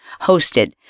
hosted